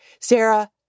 Sarah